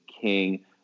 king